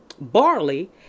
barley